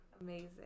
Amazing